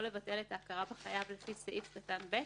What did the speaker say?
לבטל את ההכרה בחייב לפי סעיף קטן (ב),